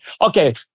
Okay